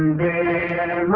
da